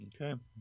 Okay